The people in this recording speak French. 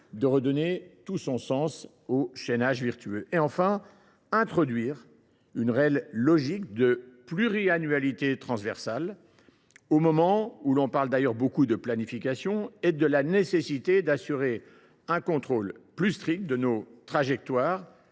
de redonner tout son sens au « chaînage vertueux ». Il faut enfin introduire une véritable logique de pluriannualité transversale, au moment où l’on parle beaucoup de planification et de la nécessité d’assurer un contrôle plus strict de nos trajectoires,